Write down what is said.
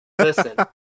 listen